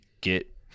get